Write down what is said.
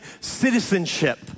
citizenship